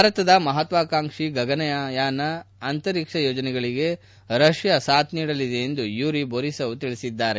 ಭಾರತದ ಮಹತ್ವಾಕಾಂಕ್ಷಿ ಗಗನಯಾನ ಅಂತರಿಕ್ಷ ಯೋಜನೆಗಳಿಗೆ ರಷ್ಯಾ ಸಾಥ್ ನೀಡಲಿದೆ ಎಂದು ಯೂರಿ ಬೊರಿಸೊವ್ ತಿಳಿಸಿದರು